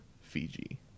fiji